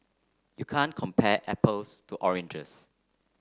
you can't compare apples to oranges